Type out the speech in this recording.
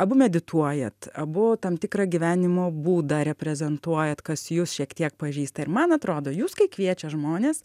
abu medituojat abu tam tikrą gyvenimo būdą reprezentuojat kas jus šiek tiek pažįsta ir man atrodo jūs kai kviečia žmones